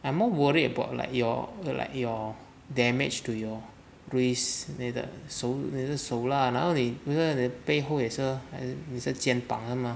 I'm more worried about like your like your damage to your wrist 你的手你的手 lah 然后你你的背后也是还是你的肩膀 eh mah